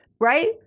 right